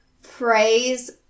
phrase